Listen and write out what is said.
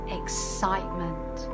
excitement